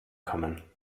kommen